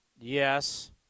Yes